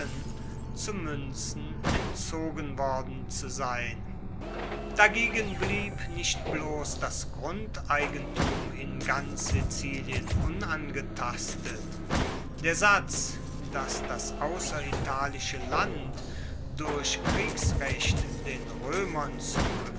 zu muenzen entzogen worden zu sein dagegen blieb nicht bloss das grundeigentum in ganz sizilien unangetastet der satz dass das ausseritalische land durch kriegsrecht den roemern